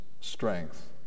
strength